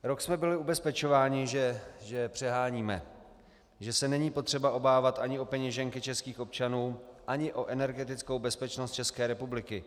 Rok jsme byli ubezpečováni, že přeháníme, že se není potřeba obávat ani o peněženky českých občanů, ani o energetickou bezpečnost České republiky.